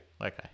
Okay